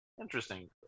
Interesting